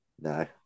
no